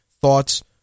thoughts